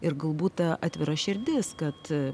ir galbūt ta atvira širdis kad